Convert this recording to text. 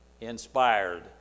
inspired